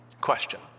Question